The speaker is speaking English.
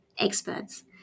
experts